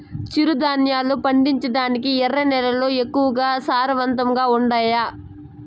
చిరుధాన్యాలు పండించటానికి ఎర్ర నేలలు ఎక్కువగా సారవంతంగా ఉండాయా